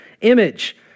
image